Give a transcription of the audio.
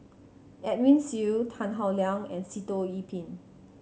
Edwin Siew Tan Howe Liang and Sitoh Yih Pin